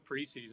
preseason